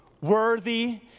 worthy